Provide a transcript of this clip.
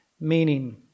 meaning